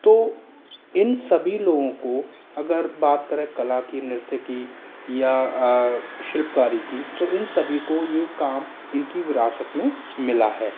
तो इन सभी लोगों को अगर बात करें कला की नृत्य की या शिल्पकारी की तो इन सभी को ये काम इनकी विरासत में मिला है